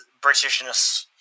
britishness